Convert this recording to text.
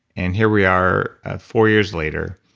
and here we are four years later,